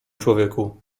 człowieku